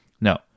no